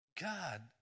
God